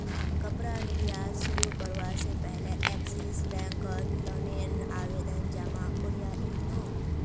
कपड़ा निर्यात शुरू करवा से पहले एक्सिस बैंक कोत लोन नेर आवेदन जमा कोरयांईल नू